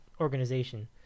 organization